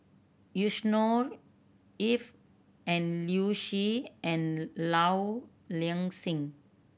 Yusnor Ef and Liu Si and Low Ing Sing